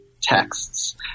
texts